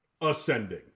ascending